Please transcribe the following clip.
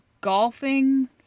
golfing